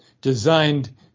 designed